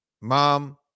mom